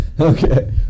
okay